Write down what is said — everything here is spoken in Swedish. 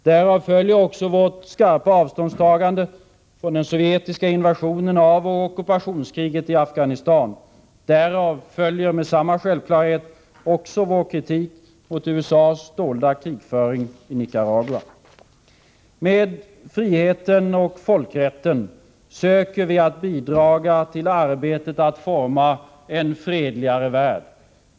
Därav följer också vårt skarpa avståndstagande från den sovjetiska invasionen av och ockupationskriget i Afghanistan. Därav följer med samma självklarhet också vår kritik mot USA:s dolda krigföring mot Nicaragua. Med friheten och folkrätten söker vi att bidraga till arbetet att forma en fredligare värld.